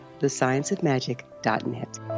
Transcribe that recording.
thescienceofmagic.net